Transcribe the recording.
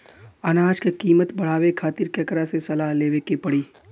अनाज क कीमत बढ़ावे खातिर केकरा से सलाह लेवे के पड़ी?